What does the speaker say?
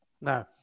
No